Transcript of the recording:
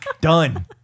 done